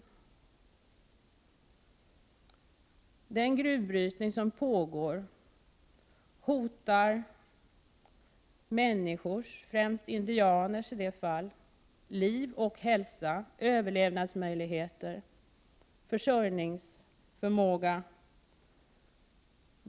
Den gruvbrytning som pågår där hotar människors, främst indianers, liv, hälsa, överlevnadsmöjligheter och försörjningsförmåga.